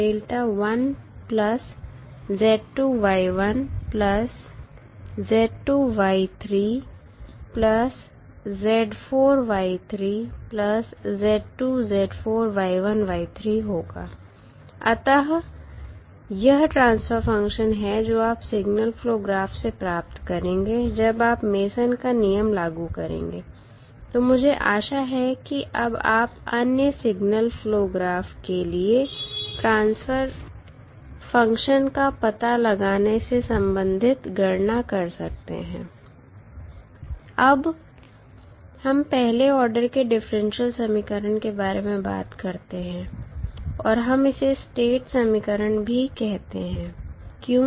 delta 1 plus Z2 Y1 plus Z2 Y3 plus Z4 Y3 plus Z2 Z4 Y1 Y3 होगा अतः यह transfer function है जो आप सिगनल फ्लो ग्राफ से प्राप्त करेंगे जब आप मेसन का नियम लागू करेंगे तो मुझे आशा है कि अब आप अन्य सिग्नल फ़्लो ग्राफ़ के लिए ट्रांसफर फ़ंक्शन का पता लगाने से संबंधित गणना कर सकते हैं अब हम पहले आर्डर के डिफरेंशियल समीकरण के बारे में बात करते हैं और हम इसे स्टेट समीकरण भी कहते हैं क्यों